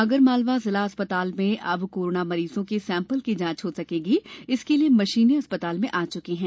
आगरमालवा जिला चिकित्सालय में अब कोरोना मरीजों के सेम्पल की जांच हो सकेगी इसके लिये मशीने अस्पताल में आ चुकी है